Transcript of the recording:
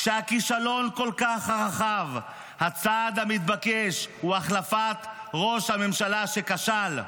כשהכישלון כל כך רחב הצעד המתבקש הוא החלפת ראש הממשלה שכשל".